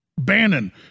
Bannon